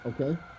okay